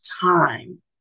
time